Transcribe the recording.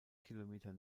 kilometer